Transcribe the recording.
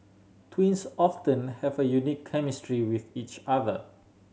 twins often have a unique chemistry with each other